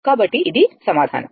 కాబట్టి ఇది సమాధానం